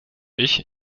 ich